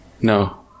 No